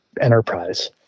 enterprise